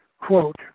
Quote